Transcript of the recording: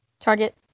Target